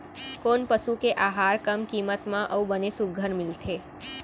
कोन पसु के आहार कम किम्मत म अऊ बने सुघ्घर मिलथे?